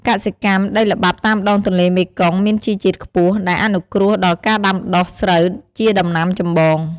កសិកម្ម ដីល្បាប់តាមដងទន្លេមេគង្គមានជីជាតិខ្ពស់ ដែលអនុគ្រោះដល់ការដាំដុះ ស្រូវ ជាដំណាំចម្បង។